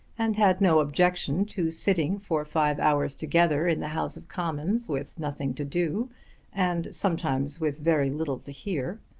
and had no objection to sitting for five hours together in the house of commons with nothing to do and sometimes with very little to hear,